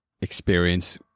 experience